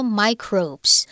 microbes